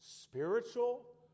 spiritual